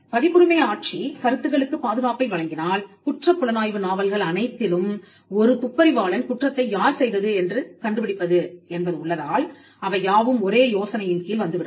பதிப்புரிமை ஆட்சி கருத்துக்களுக்கு பாதுகாப்பை வழங்கினால் குற்றப்புலனாய்வு நாவல்கள் அனைத்திலும் ஒரு துப்பறிவாளன் குற்றத்தை யார் செய்தது என்று கண்டுபிடிப்பது என்பது உள்ளதால் அவை யாவும் ஒரே யோசனையின் கீழ் வந்துவிடும்